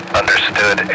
understood